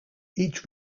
each